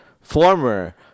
former